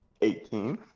Eighteen